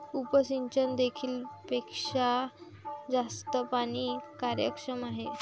उपसिंचन देखील पेक्षा जास्त पाणी कार्यक्षम आहे